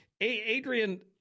Adrian